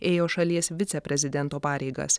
ėjo šalies viceprezidento pareigas